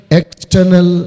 external